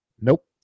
nope